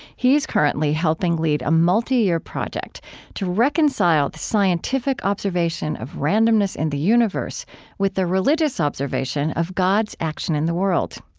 he's currently helping lead a multi-year project to reconcile the scientific observation of randomness in the universe with the religious observation of god's action in the world.